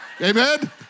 Amen